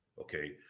okay